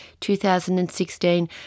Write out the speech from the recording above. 2016